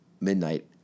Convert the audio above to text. midnight